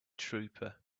trooper